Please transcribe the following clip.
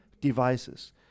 devices